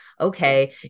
okay